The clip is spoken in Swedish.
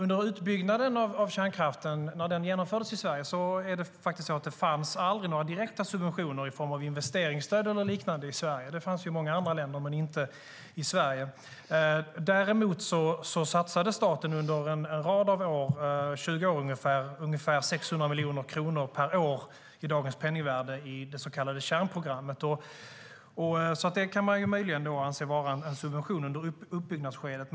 När utbyggnaden av kärnkraften genomfördes i Sverige fanns aldrig några direkta subventioner i form av investeringsstöd eller liknande i Sverige. Det fanns i många andra länder men inte i Sverige. Däremot satsade staten under en rad av år, ungefär 20 år, ca 600 miljoner kronor per år i dagens penningvärde i det så kallade kärnprogrammet. Det kan man möjligen anse vara en subvention under uppbyggnadsskedet.